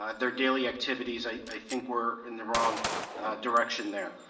ah their daily activities, i think we're in the wrong direction there.